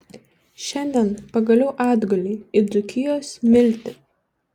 šiandien pagaliau atgulei į dzūkijos smiltį